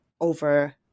over